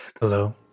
Hello